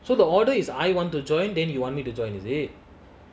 so the order is I want to join then you want me to join is it